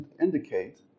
indicate